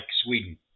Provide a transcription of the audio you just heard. sweden